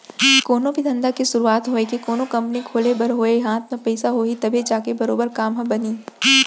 कोनो भी धंधा के सुरूवात होवय के कोनो कंपनी खोले बर होवय हाथ म पइसा होही तभे जाके बरोबर काम ह बनही